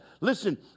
Listen